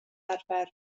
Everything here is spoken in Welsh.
arfer